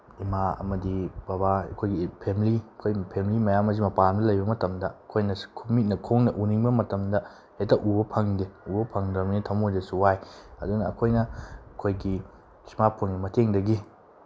ꯏꯃꯥ ꯑꯃꯗꯤ ꯕꯕꯥ ꯑꯩꯈꯣꯏꯒꯤ ꯐꯦꯃꯤꯂꯤ ꯑꯩꯈꯣꯏ ꯐꯦꯃꯤꯂꯤ ꯃꯌꯥꯝ ꯑꯃꯁꯦ ꯃꯄꯥꯟꯂꯝꯗ ꯂꯩꯕ ꯃꯇꯝꯗ ꯑꯩꯈꯣꯏꯅ ꯃꯤꯠꯅ ꯈꯣꯡꯅ ꯎꯅꯤꯡꯕ ꯃꯇꯝꯗ ꯍꯦꯛꯇ ꯎꯕ ꯐꯪꯗꯦ ꯎꯕ ꯐꯪꯗ꯭ꯔꯕꯅꯤꯅ ꯊꯃꯣꯏꯗꯁꯨ ꯋꯥꯏ ꯑꯗꯨꯅ ꯑꯩꯈꯣꯏꯅ ꯑꯩꯈꯣꯏꯒꯤ ꯏꯁꯃꯥꯔꯠ ꯐꯣꯟꯒꯤ ꯃꯇꯦꯡꯗꯒꯤ